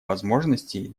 возможностей